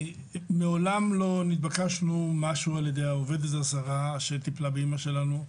מעולם לא נתבקשנו משהו על ידי העובדת הזרה שטיפלה באמא שלנו,